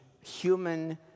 human